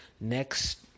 next